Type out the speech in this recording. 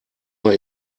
mal